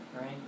right